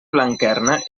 blanquerna